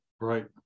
Right